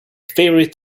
favorite